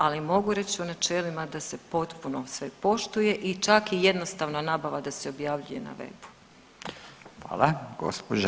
Ali mogu reći u načelima da se potpuno sve poštuje i čak i jednostavna nabava da se objavljuje na webu.